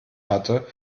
hatte